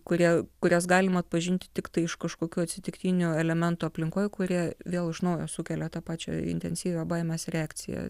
kurie kurias galima atpažinti tiktai iš kažkokių atsitiktinių elementų aplinkoje kurie vėl iš naujo sukelia tą pačią intensyvią baimės reakciją